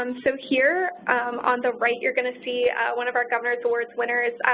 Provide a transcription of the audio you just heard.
um so here on the right you're going to see one of our governor's awards winners,